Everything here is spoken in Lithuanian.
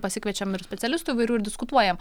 pasikviečiam ir specialistų įvairių ir diskutuojam